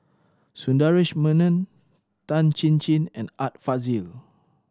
Sundaresh Menon Tan Chin Chin and Art Fazil